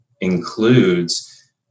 includes